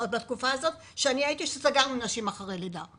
בזמנו, כשאני הייתי, סגרנו נשים לאחר לידה,